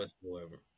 whatsoever